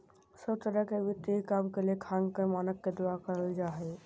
सब तरह के वित्तीय काम के लेखांकन मानक के द्वारा करल जा हय